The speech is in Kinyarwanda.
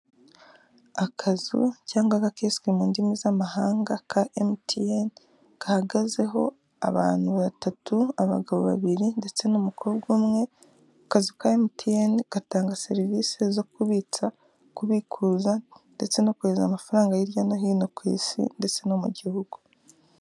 Akazu cyangwa agakiyosiki mu ndimi z'amahanga ka emutiyene gahagazeho abantu batatu abagabo babiri ndetse n'umukobwa umwe, akazu ka emutiyene gatanga serivisi zo kubitsa kubikuza ndetse no koheza amafaranga hirya no hino ku Isi ndetse no mu gihugu.